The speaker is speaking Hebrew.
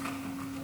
וחטופים בפעולת